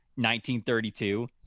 1932